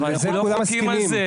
אבל אנחנו לא חולקים על זה,